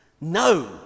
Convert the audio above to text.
No